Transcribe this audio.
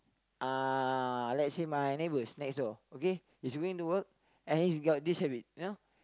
uh let's say my neighbours next door okay he's going to work and he's got this habit you know